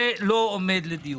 זה לא עומד לדיון.